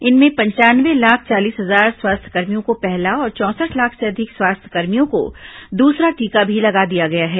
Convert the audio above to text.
इनमें पंचानवे लाख चालीस हजार स्वास्थ्य कर्मियों को पहला और चौंसठ लाख से अधिक स्वास्थ्यकर्मियों को दूसरा टीका भी लगा दिया गया है